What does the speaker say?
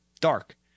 dark